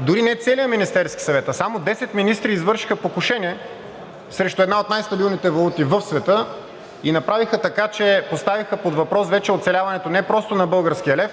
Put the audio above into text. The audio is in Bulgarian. дори не целият Министерски съвет, а само 10 министри извършиха покушение срещу една от най стабилните валути в света и направиха така, че поставиха под въпрос вече оцеляването не просто на българския лев,